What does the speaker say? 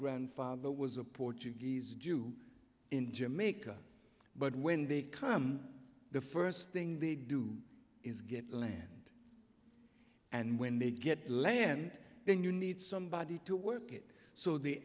grandfather was a portuguese jew in jamaica but when they come the first thing they do is get land and when they get land then you need somebody to work it so the